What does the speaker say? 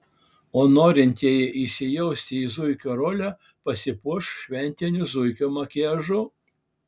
o norintieji įsijausti į zuikio rolę pasipuoš šventiniu zuikio makiažu